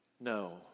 No